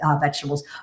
vegetables